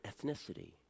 ethnicity